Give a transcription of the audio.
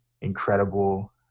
incredible